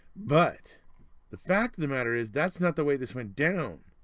but the fact of the matter is, that's not the way this went down.